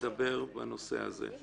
לדבר בנושא הזה.